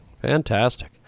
Fantastic